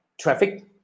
Traffic